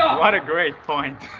what a great point!